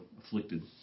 afflicted